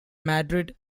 madrid